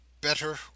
Better